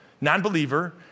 non-believer